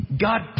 God